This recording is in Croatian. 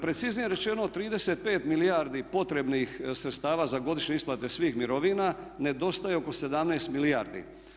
Preciznije rečeno 35 milijardi potrebnih sredstava za godišnje isplate svih mirovina nedostaje oko 17 milijardi.